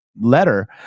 letter